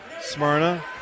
Smyrna